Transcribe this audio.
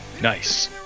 Nice